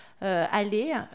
aller